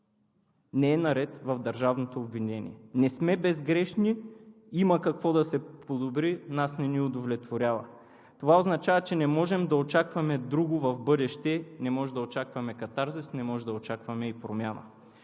не е наред в държавното обвинение – „не сме безгрешни, има какво да се подобри“ нас не ни удовлетворява. Това означава, че не можем да очакваме друго в бъдеще, не можем да очакваме катарзис и не можем да очакваме промяна.